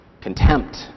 contempt